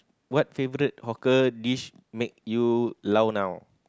what favourite hawker dish make you lao nua